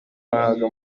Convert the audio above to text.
bahabwa